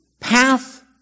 path